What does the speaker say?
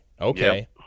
okay